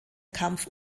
kampf